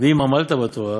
ואם עמלת בתורה,